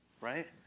right